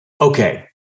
okay